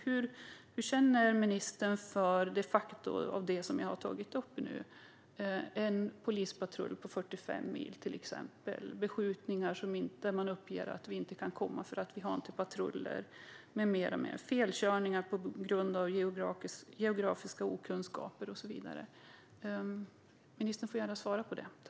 Hur känner ministern för det som jag har tagit upp, till exempel att man har en polispatrull på 45 mil, att man vid beskjutningar uppger att man inte kan komma på grund av att man inte har patruller, felkörningar på grund av geografiska okunskaper och så vidare? Ministern får gärna svara på det.